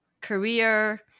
career